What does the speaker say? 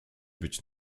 być